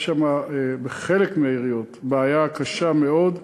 יש שם, בחלק מהעיריות, בעיה קשה מאוד,